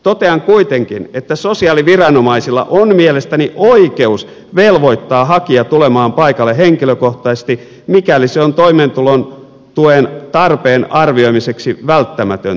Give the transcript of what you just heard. totean kuitenkin että sosiaaliviranomaisilla on mielestäni oikeus velvoittaa hakija tulemaan paikalle henkilökohtaisesti mikäli se on toimeentulotuen tarpeen arvioimiseksi välttämätöntä